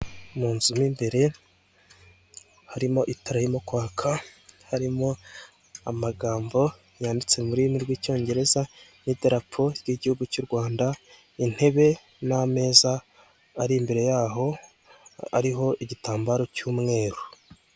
Munzu mo imbere harimo itara ririmo kwaka harimo amagambo yanditse mu rurimi rw'icyongereza, n'idarapo ry'igihugu cy'u Rwanda, intebe n'ameza ari imbere yaho ariho igitambaro cy'umweru.